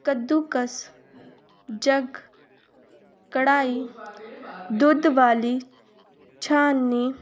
ਕੱਦੂਕਸ ਜੱਗ ਕੜਾਹੀ ਦੁੱਧ ਵਾਲੀ ਛਾਨਣੀ